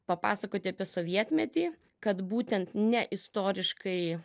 papasakoti apie sovietmetį kad būtent ne istoriškai